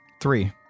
Three